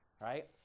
right